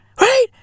right